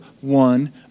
one